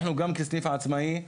אנחנו גם כסניף עצמאי,